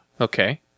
Okay